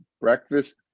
breakfast